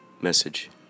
message